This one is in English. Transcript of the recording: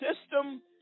system